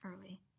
early